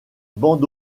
bande